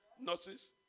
Nurses